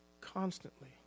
constantly